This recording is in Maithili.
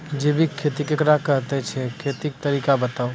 जैबिक खेती केकरा कहैत छै, खेतीक तरीका बताऊ?